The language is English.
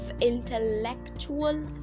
Intellectual